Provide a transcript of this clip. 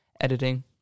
editing